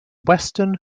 western